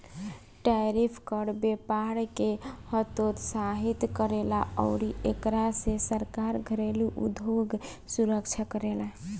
tariff कर व्यपार के हतोत्साहित करेला अउरी एकरा से सरकार घरेलु उधोग सुरक्षा करेला